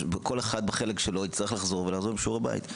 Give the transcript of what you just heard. כל אחד בחלק שלו יצטרך לחזור עם שיעורי בית.